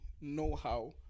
know-how